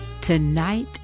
tonight